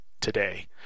today